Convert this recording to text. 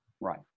Right